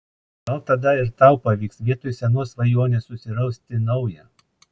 gal tada ir tau pavyks vietoj senos svajonės susirasti naują